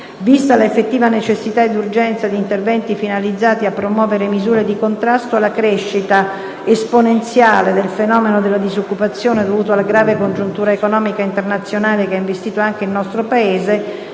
vista l'effettiva necessità ed urgenza di interventi finalizzati a promuovere misure di contrasto alla crescita esponenziale del fenomeno della disoccupazione dovuta alla grave congiuntura economica internazionale che ha investito anche il nostro Paese,